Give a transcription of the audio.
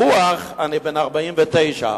ברוח אני בן 49,